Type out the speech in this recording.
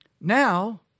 Now